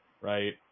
right